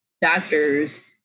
doctors